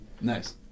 Nice